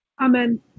amen